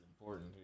important